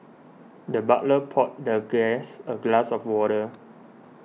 the butler poured the guest a glass of water